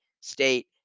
state